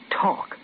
talk